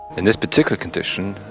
in this particular condition,